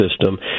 system